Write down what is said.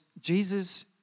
Jesus